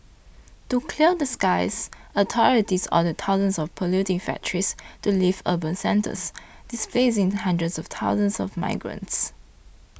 to clear the skies authorities ordered thousands of polluting factories to leave urban centres displacing hundreds of thousands of migrants